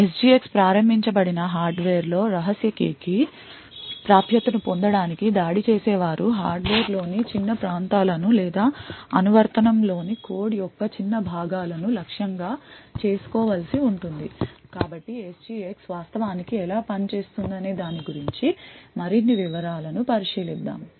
SGX ప్రారంభించబడిన హార్డ్వేర్లో రహస్య keyకి ప్రాప్యతను పొందడానికి దాడి చేసే వారు హార్డ్వేర్లోని చిన్న ప్రాంతాలను లేదా అనువర్తనం లోని కోడ్ యొక్క చిన్న భాగాలను లక్ష్యం గా చేసుకోవలసి ఉంటుంది కాబట్టి SGX వాస్తవానికి ఎలా పనిచేస్తుందనే దాని గురించి మరిన్ని వివరాలను పరిశీలిద్దాం